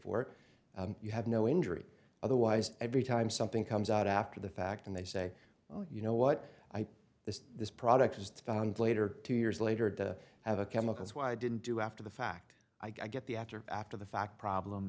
for you have no injury otherwise every time something comes out after the fact and they say well you know what this this product is the found later two years later to have a chemical is why i didn't do after the fact i get the after after the fact problem